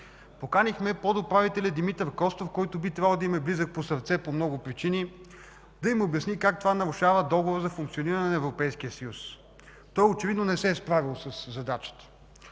Поканихме подуправителя Димитър Костов, който би трябвало да им е близък по сърце по много причини, за да им обясни как това нарушава Договора за функциониране на Европейския съюз. Той очевидно не се е справил със задачата.